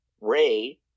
Ray